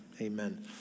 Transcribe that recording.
Amen